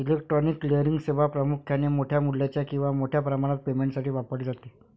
electronic clearing सेवा प्रामुख्याने मोठ्या मूल्याच्या किंवा मोठ्या प्रमाणात पेमेंटसाठी वापरली जाते